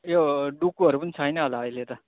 यो डुकुहरू पनि छैन होला अहिले त